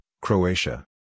Croatia